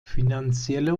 finanzielle